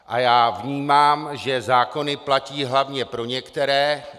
A já vnímám, že zákony platí hlavně pro některé.